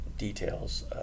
Details